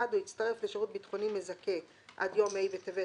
(1)הוא הצטרף לשירות ביטחוני מזכה עד יום ה' בטבת